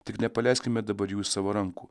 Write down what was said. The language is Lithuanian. tik nepaleiskime dabar jų iš savo rankų